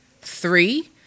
three